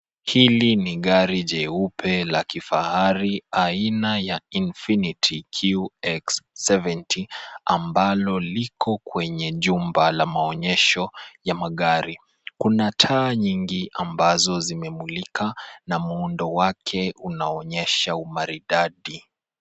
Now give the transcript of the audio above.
Hili ni gari jeupe la kifahari aina ya infinity QX70, ambalo liko kwenye jumba la maonyesho ya magari. Kuna taa nyingi ambazo zimemulika na muundo wake unaonyesha umaridadi .